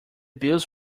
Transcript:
bills